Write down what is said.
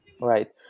right